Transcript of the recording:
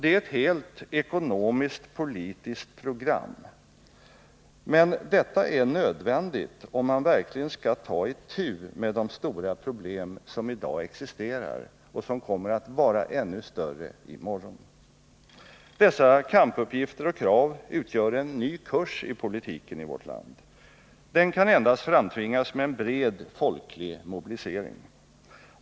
Detta är ett helt ekonomiskt-politiskt program, men det är nödvändigt om man verkligen skall ta itu med de stora problem som i dag existerar och som kommer att vara ännu större i morgon. Dessa kampuppgifter och krav utgör en ny kurs i politiken i vårt land. Den kan endast framtvingas med en bred folklig mobilisering.